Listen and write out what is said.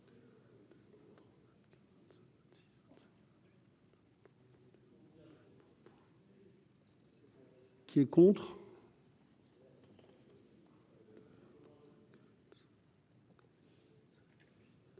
Qui est contre.